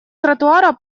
тротуара